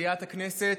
במליאת הכנסת,